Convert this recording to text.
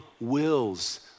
wills